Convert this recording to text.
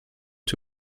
ich